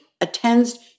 attends